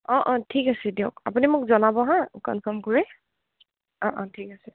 অঁ অঁ ঠিক আছে দিয়ক আপুনি মোক জনাব হা কনফাৰ্ম কৰি অঁ অঁ ঠিক আছে